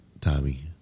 Tommy